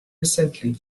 recently